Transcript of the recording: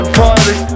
party